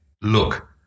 look